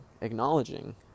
acknowledging